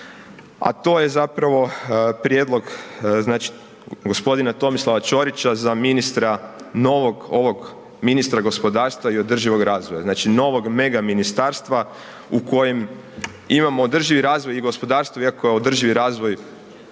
a to je zapravo prijedlog, znači g. Tomislava Čorića za ministra novog ovog ministra gospodarstva i održivog razvoja, znači novog mega ministarstva u kojem imamo održivi razvoj i gospodarstvo iako je održivi razvoj